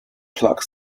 plaque